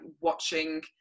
watching